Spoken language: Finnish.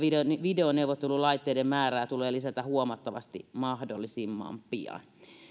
videoneuvottelulaitteiden määrää tulee lisätä huomattavasti mahdollisimman pian